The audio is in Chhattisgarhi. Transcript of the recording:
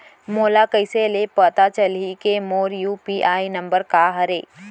मोला कइसे ले पता चलही के मोर यू.पी.आई नंबर का हरे?